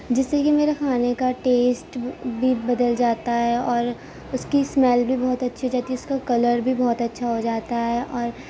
جس سے کہ میرا کھانے کا ٹیسٹ بھی بدل جاتا ہے اور اس کی اسمیل بھی بہت اچھی رہتی ہے اس کا کلر بھی بہت اچھا ہو جاتا ہے اور